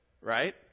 right